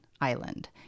island